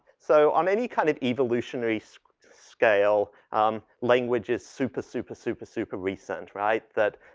so on any kind of evolutionary so scale um language is super super super super recent, right? that